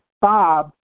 Bob